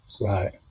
Right